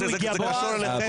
זה קשור אליכם.